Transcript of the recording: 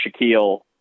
Shaquille